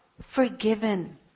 forgiven